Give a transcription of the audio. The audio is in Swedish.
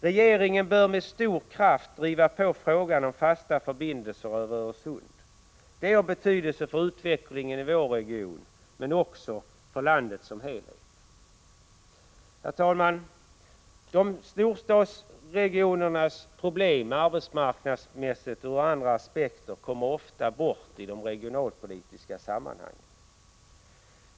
Regeringen bör med stor kraft driva på frågan om fasta förbindelser över Öresund. Det är av betydelse för utvecklingen i vår region, men också för landet som helhet. Herr talman! Storstadsregionernas problem kommer ofta bort i de regionalpolitiska sammanhangen.